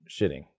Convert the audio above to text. shitting